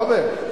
רוברט,